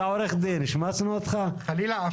חלילה.